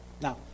Now